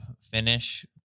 finish